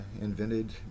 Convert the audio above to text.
invented